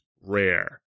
rare